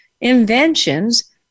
inventions